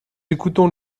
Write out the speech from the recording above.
écoutons